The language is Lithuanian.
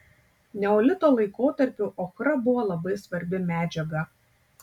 neolito laikotarpiu ochra buvo labai svarbi medžiaga